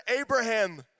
Abraham